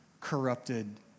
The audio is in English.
corrupted